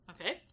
Okay